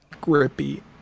Grippy